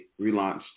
relaunched